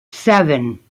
seven